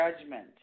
judgment